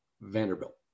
Vanderbilt